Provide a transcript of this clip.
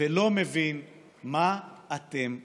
ולא מבין מה אתם עושים.